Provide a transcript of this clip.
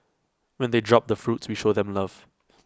when they drop the fruits we show them love